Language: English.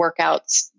workouts